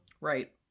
right